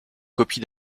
copies